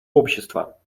общества